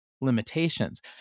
limitations